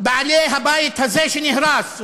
אנחנו בעלי הבית הזה שנהרס.